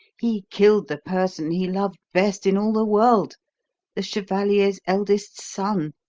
he killed the person he loved best in all the world the chevalier's eldest son.